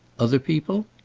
other people?